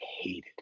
hated